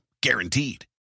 guaranteed